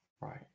Right